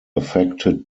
affected